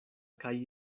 kaj